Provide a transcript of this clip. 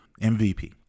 MVP